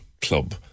club